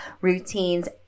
routines